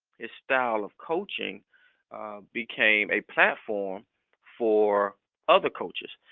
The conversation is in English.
his style of coaching became a platform for other coaches,